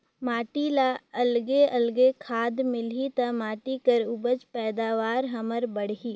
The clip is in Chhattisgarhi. माटी ल अलगे अलगे खाद मिलही त माटी कर उपज पैदावार हमर बड़ही